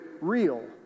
real